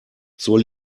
zur